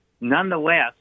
Nonetheless